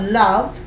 love